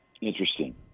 Interesting